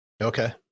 Okay